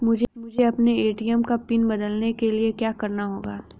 मुझे अपने ए.टी.एम का पिन बदलने के लिए क्या करना होगा?